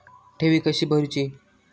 ठेवी कशी भरूची?